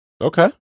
Okay